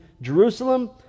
Jerusalem